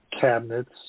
cabinets